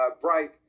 break